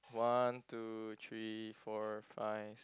one two three four five